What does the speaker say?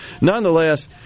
nonetheless